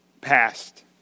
passed